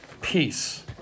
peace